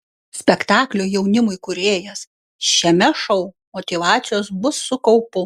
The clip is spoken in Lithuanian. spektaklio jaunimui kūrėjas šiame šou motyvacijos bus su kaupu